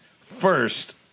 First